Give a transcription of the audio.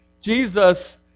Jesus